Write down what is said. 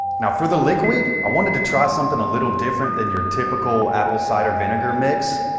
now for the liquid, i wanted to try something a little different than your typical apple cider vinegar mix.